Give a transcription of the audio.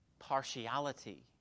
Partiality